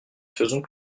faisons